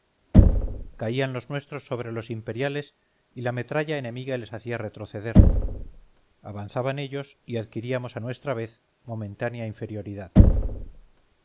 caían los nuestros sobre los imperiales y la metralla enemiga les hacía retroceder avanzaban ellos y adquiríamos a nuestra vez momentánea inferioridad